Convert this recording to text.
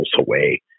away